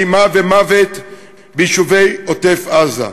אימה ומוות ביישובי עוטף-עזה.